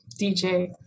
dj